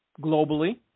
globally